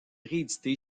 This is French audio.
réédités